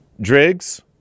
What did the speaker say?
Driggs